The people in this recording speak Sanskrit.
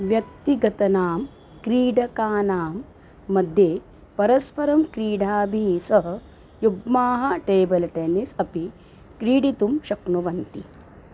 व्यक्तिगतानां क्रीडकानां मध्ये परस्परं क्रीडाभिः सह युग्माः टेबल् टेन्निस् अपि क्रीडितुं शक्नुवन्ति